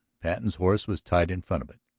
patten's horse was tied in front of it.